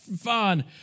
fun